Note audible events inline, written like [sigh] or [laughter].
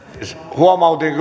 huomauttanut [unintelligible]